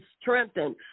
strengthened